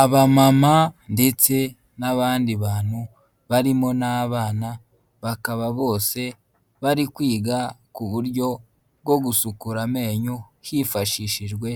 Abamama ndetse n'abandi bantu barimo n'abana bakaba bose bari kwiga ku buryo bwo gushukura amenyo hifashishijwe